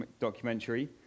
documentary